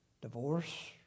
divorce